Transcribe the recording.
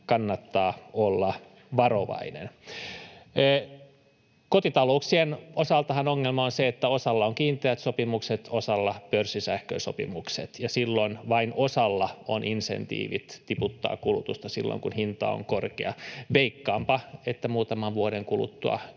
kannattaa olla varovainen. Kotitalouksien osaltahan ongelma on se, että osalla on kiinteät sopimukset, osalla pörssisähkösopimukset, ja silloin vain osalla on insentiivit tiputtaa kulutusta silloin, kun hinta on korkea. Veikkaanpa, että muutaman vuoden kuluttua